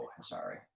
sorry